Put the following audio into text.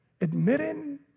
admitting